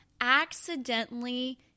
accidentally